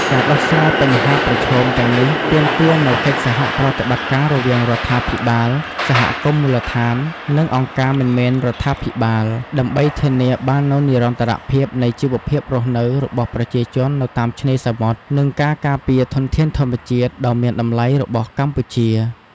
ការដោះស្រាយបញ្ហាប្រឈមទាំងនេះទាមទារនូវកិច្ចសហប្រតិបត្តិការរវាងរដ្ឋាភិបាល សហគមន៍មូលដ្ឋាន និងអង្គការមិនមែនរដ្ឋាភិបាល ដើម្បីធានាបាននូវនិរន្តរភាពនៃជីវភាពរស់នៅរបស់ប្រជាជននៅតាមឆ្នេរសមុទ្រ និងការការពារធនធានធម្មជាតិដ៏មានតម្លៃរបស់កម្ពុជា។